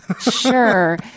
Sure